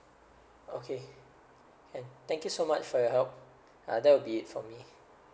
okay can thank you so much for your help uh that will be it for me